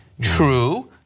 true